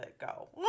go